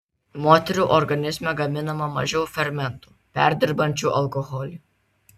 moterų organizme gaminama mažiau fermentų perdirbančių alkoholį